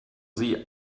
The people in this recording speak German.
sie